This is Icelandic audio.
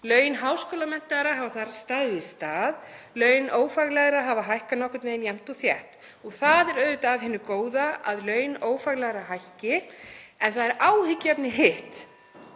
Laun háskólamenntaðra hafa þar staðið í stað, laun ófaglærðra hafa hækkað nokkurn veginn jafnt og þétt. Það er auðvitað af hinu góða að laun ófaglærðra hækki en það er áhyggjuefni, hitt,